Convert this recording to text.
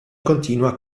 continua